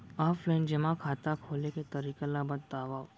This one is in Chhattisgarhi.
ऑफलाइन जेमा खाता खोले के तरीका ल बतावव?